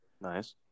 Nice